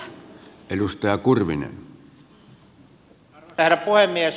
arvoisa herra puhemies